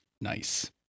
Nice